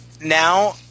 now